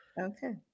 okay